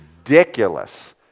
ridiculous